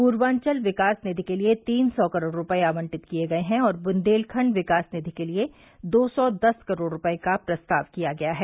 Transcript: पूर्वांचल विकास निधि के लिये तीन सौ करोड़ रूपये आवंटित किये गये हैं और बुंदेलखंड विकास निधि के लिये दो सौ दस करोड़ रूपये का प्रस्ताव किया गया है